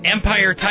Empire